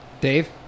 Dave